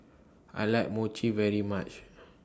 I like Mochi very much